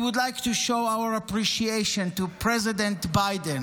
we would like to show our appreciation to President Biden,